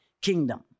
kingdom